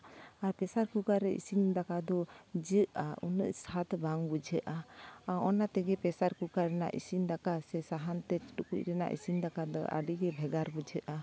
ᱟᱨ ᱯᱮᱥᱟᱨ ᱠᱩᱠᱟᱨ ᱨᱮ ᱤᱥᱤᱱ ᱫᱟᱠᱟ ᱫᱚ ᱡᱟᱹᱜᱼᱟ ᱩᱱᱟᱹᱜ ᱥᱟᱫ ᱵᱟᱝ ᱵᱩᱡᱷᱟᱹᱜᱼᱟ ᱟᱨ ᱚᱱᱟ ᱛᱮᱜᱮ ᱯᱮᱥᱟᱨ ᱠᱩᱠᱟᱨ ᱨᱮᱱᱟᱜ ᱤᱥᱤᱱ ᱫᱟᱠᱟ ᱥᱮ ᱥᱟᱦᱟᱱ ᱛᱮ ᱴᱩᱠᱩᱡ ᱨᱮᱱᱟᱜ ᱤᱥᱤᱱ ᱫᱟᱠᱟ ᱫᱚ ᱟᱹᱰᱤ ᱜᱮ ᱵᱷᱮᱜᱟᱨ ᱵᱩᱡᱷᱟᱹᱜᱼᱟ